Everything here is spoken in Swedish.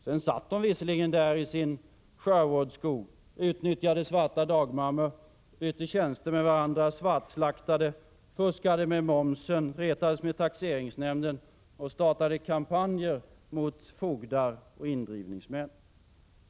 Sedan satt de visserligen där i sin Sherwood-skog, utnyttjade svarta dagmammor, bytte tjänster med varandra, svartslaktade, fuskade med momsen, retades med taxeringsnämnden och startade kampanjer mot fogdar och indrivningsmän.